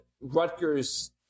Rutgers